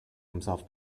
himself